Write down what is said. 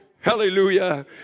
Hallelujah